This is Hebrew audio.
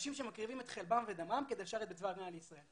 אנשים שמקריבים את חלבם ודמם כדי לשרת בצבא הגנה לישראל.